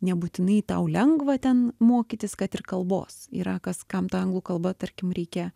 nebūtinai tau lengva ten mokytis kad ir kalbos yra kas kam ta anglų kalba tarkim reikia